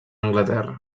anglaterra